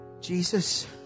Jesus